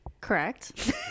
correct